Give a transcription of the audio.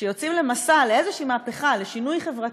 כשיוצאים למסע, לאיזו מהפכה, לשינוי חברתי,